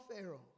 Pharaoh